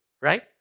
right